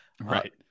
Right